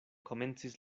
komencis